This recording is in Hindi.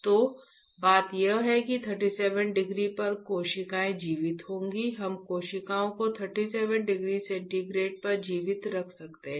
तो बात यह है कि 37 डिग्री पर कोशिकाएं जीवित होंगी हम कोशिकाओं को 37 डिग्री सेंटीग्रेड पर जीवित रख सकते हैं